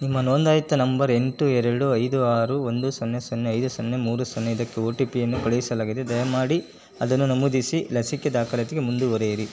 ನಿಮ್ಮ ನೋಂದಾಯಿತ ನಂಬರ್ ಎಂಟು ಎರಡು ಐದು ಆರು ಒಂದು ಸೊನ್ನೆ ಸೊನ್ನೆ ಐದು ಸೊನ್ನೆ ಮೂರು ಸೊನ್ನೆ ಇದಕ್ಕೆ ಒ ಟಿ ಪಿಯನ್ನು ಕಳುಹಿಸಲಾಗಿದೆ ದಯಮಾಡಿ ಅದನ್ನು ನಮೂದಿಸಿ ಲಸಿಕೆ ದಾಖಲಾತಿಗೆ ಮುಂದುವರೆಯಿರಿ